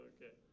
Okay